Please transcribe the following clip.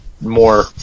more